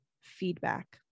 feedback